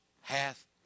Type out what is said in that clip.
hath